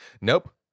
Nope